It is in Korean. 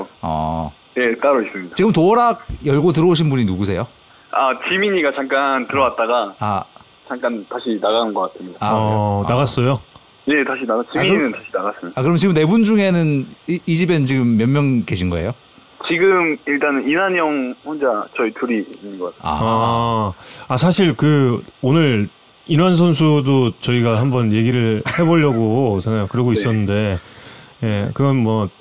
어. 예, 따로 있습니다. 지금 도어락 열고 들어오신 분이 누구세요? 아, 지민이가 잠깐 들어왔다가 아. 잠깐 다시 나간 것 같습니다. 아, 그래요? 어, 아. 나갔어요? 예, 다시 나가- 지민이는 아, 그럼- 다시 나갔습니다. 아, 그럼 지금 네 분 중에는 이- 이 집엔 지금 몇 명 계신 거예요? 지금 일단은 인환이 형 혼자 저희 둘이 있는 것 같아요. 아. 아, 아, 사실 그 오늘 인환 선수도 저희가 한번 얘기를 해보려고 생각- 네. 그러고 있었는데, 예, 그건 뭐